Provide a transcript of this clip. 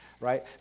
Right